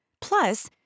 Plus